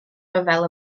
ryfel